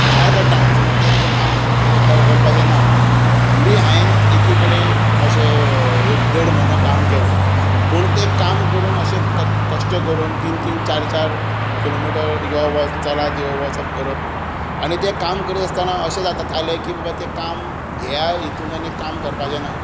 भायर पडटा म्हुणू समज तें तुका काम करपाचें ना तरी हांवें एकी कडेन अशें एक देड म्हयनो काम केलें पूण तें काम करून अशें कश्ट करून तीन तीन चार चार किलोमिटर यो वच चलात यो वचप करप आनी तें काम करीत आसतना अशें जाता जालें की बाबा तें काम ह्या हातूंत आनी काम करपाचें ना